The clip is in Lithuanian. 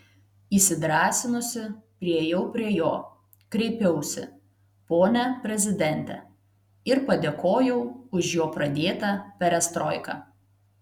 įsidrąsinusi priėjau prie jo kreipiausi pone prezidente ir padėkojau už jo pradėtą perestroiką